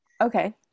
okay